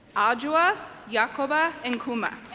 ah adwoa yacoba and akuma